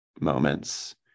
moments